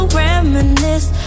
reminisce